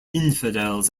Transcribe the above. infidels